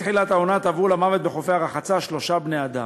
מתחילת העונה טבעו למוות בחופי הרחצה שלושה בני-אדם: